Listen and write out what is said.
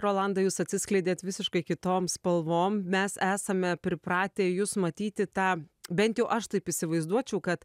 rolanda jūs atsiskleidėt visiškai kitom spalvom mes esame pripratę jus matyti tą bent jau aš taip įsivaizduočiau kad